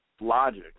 logic